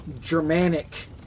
Germanic